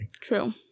true